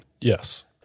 Yes